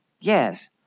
Yes